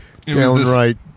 downright